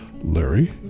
Larry